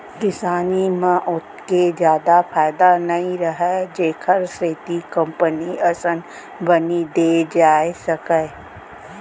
किसानी म ओतेक जादा फायदा नइ रहय जेखर सेती कंपनी असन बनी दे जाए सकय